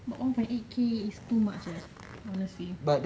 but one point eight K is too much ah honestly